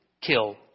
kill